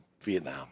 Vietnam